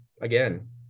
again